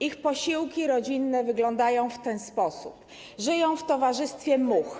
Ich posiłki rodzinne wyglądają w ten sposób - żyją w towarzystwie much.